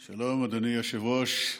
שלום, אדוני היושב-ראש.